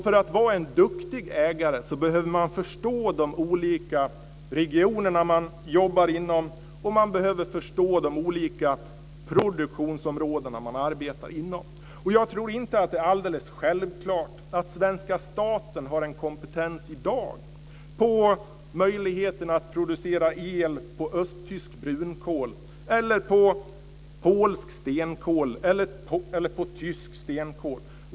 För att vara en duktig ägare behöver man förstå de olika regioner man jobbar inom och man behöver förstå de olika produktionsområden man arbetar inom. Jag tror inte att det är alldeles självklart att svenska staten i dag har kompetens när det gäller möjligheten att producera el på östtyskt brunkol eller på polsk eller tysk stenkol.